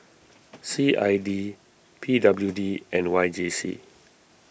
C I D P W D and Y J C